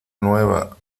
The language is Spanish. nueva